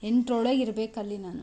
ಎಂಟರೊಳಗೆ ಇರಬೇಕಲ್ಲಿ ನಾನು